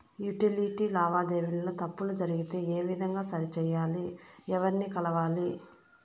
Utility లావాదేవీల లో తప్పులు జరిగితే ఏ విధంగా సరిచెయ్యాలి? ఎవర్ని కలవాలి?